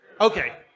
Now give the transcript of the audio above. Okay